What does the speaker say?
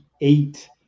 eight